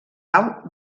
alt